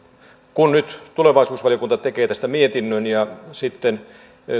kun nyt tulevaisuusvaliokunta tekee tästä mietinnön ja sitten